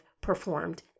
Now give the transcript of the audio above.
performed